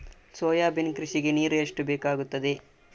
Soybean ಕೃಷಿಗೆ ನೀರು ಎಷ್ಟು ಬೇಕಾಗುತ್ತದೆ?